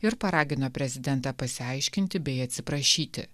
ir paragino prezidentą pasiaiškinti bei atsiprašyti